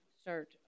start